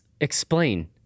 Explain